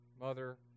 Mother